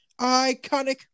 Iconic